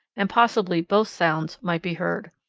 and possibly both sounds might be heard.